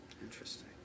Interesting